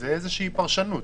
זו פרשנות?